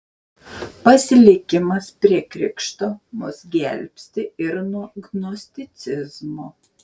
pasilikimas prie krikšto mus gelbsti ir nuo gnosticizmo